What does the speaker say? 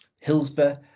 Hillsborough